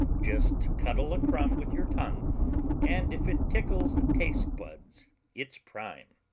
just cuddle a crumb with your tongue and if it tickles the taste buds it's prime.